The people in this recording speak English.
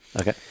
okay